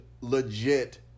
legit